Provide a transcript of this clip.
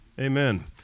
amen